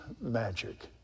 magic